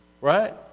right